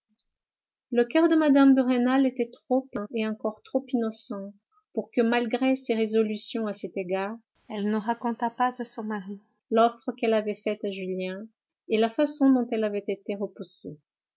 le coeur de mme de rênal était trop plein et encore trop innocent pour que malgré ses résolutions à cet égard elle ne racontât pas à son mari l'offre qu'elle avait faite à julien et la façon dont elle avait été repoussée